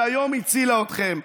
שהיום הצילה אתכם.